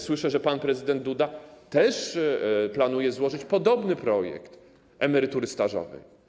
Słyszę, że pan prezydent Duda też planuje złożyć podobny projekt emerytury stażowej.